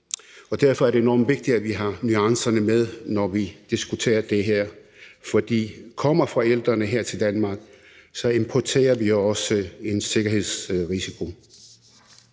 Derfor er det enormt vigtigt, at vi har nuancerne med, når vi diskuterer det her, for kommer forældrene her til Danmark, importerer vi også en sikkerhedsrisiko.